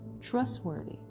trustworthy